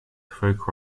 folk